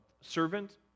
servant